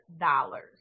dollars